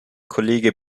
kollege